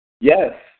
Yes